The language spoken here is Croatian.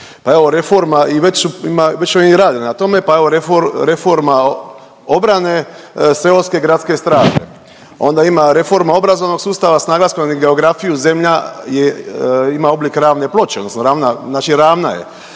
pa evo reforma i već ima, već i oni rade na tome, pa evo reforma obrane seoske gradske straže, onda ima reforma obrazovnog sustava sa naglaskom na geografiju Zemlja je ima oblik ravne ploče odnosno ravna,